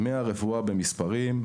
מהרפואה במספרים,